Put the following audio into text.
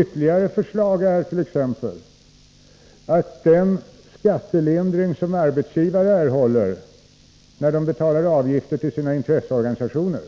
Ytterligare förslag är t.ex. att den skattelindring som arbetsgivare erhåller när de betalar avgifter till sina intresseorganisationer